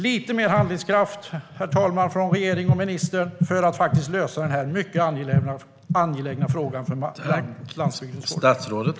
Lite mer handlingskraft behövs, herr talman, från regeringen och ministern för att lösa den här mycket angelägna frågan för landsbygdens folk.